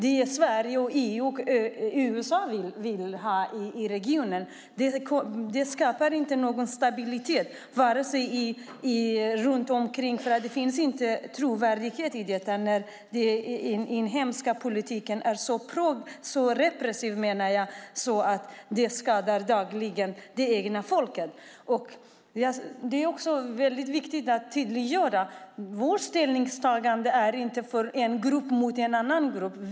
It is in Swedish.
Det Sverige, EU och USA vill ha i regionen skapar inte någon stabilitet runt omkring, för det finns ingen trovärdighet i detta när den inhemska politiken är så repressiv att den dagligen skadar det egna folket. Det är viktigt att tydliggöra att vårt ställningstagande inte är för en grupp mot en annan grupp.